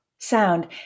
sound